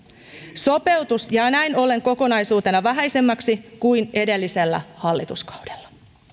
sopeutus jää näin ollen kokonaisuutena vähäisemmäksi kuin edellisellä hallituskaudella no niin